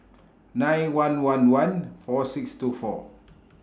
nine one one one four six two four